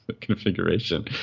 configuration